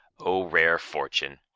o rare fortune!